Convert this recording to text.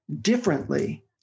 differently